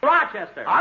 Rochester